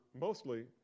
mostly